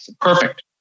Perfect